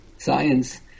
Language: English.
Science